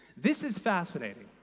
this is fascinating.